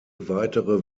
weitere